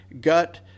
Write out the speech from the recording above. gut